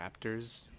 raptors